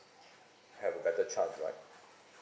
have a better chance right